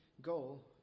goal